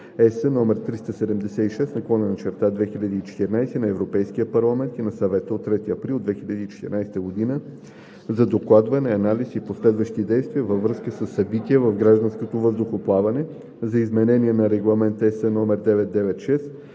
№ 376/2014 на Европейския парламент и на Съвета от 3 април 2014 година за докладване, анализ и последващи действия във връзка със събития в гражданското въздухоплаване, за изменение на Регламент (ЕС) №